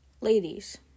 Ladies